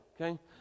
Okay